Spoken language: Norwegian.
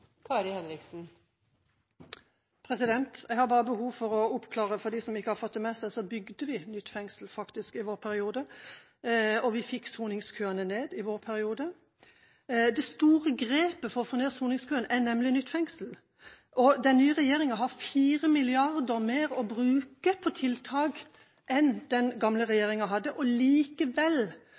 Jeg har bare behov for å oppklare. For de som ikke har fått det med seg, så bygde vi faktisk nytt fengsel i vår periode, og vi fikk soningskøene ned. Det store grepet for å få ned soningskøen er nemlig nytt fengsel. Den nye regjeringen har 4 mrd. kr mer å bruke på tiltak enn det den gamle regjeringen hadde, og likevel